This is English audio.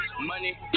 Money